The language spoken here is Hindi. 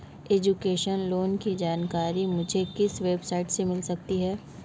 एजुकेशन लोंन की जानकारी मुझे किस वेबसाइट से मिल सकती है?